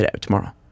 tomorrow